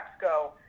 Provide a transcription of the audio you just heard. go